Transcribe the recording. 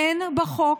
אין בחוק.